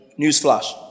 Newsflash